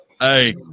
Hey